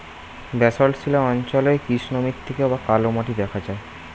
Basalt শিলা অঞ্চলে কোন মাটি দেখা যায়?